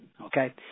okay